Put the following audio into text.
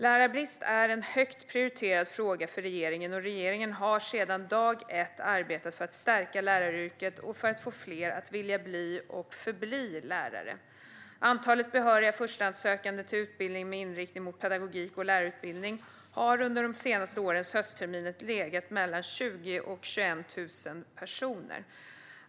Lärarbrist är en högt prioriterad fråga för regeringen, och regeringen har sedan dag ett arbetat för att stärka läraryrket och för att få fler att vilja bli och förbli lärare. Antalet behöriga förstahandssökande till utbildningar med inriktning mot pedagogik och lärarutbildning har under de senaste årens höstterminer legat på 20 000-21 000 personer.